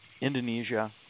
Indonesia